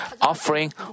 offering